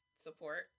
Support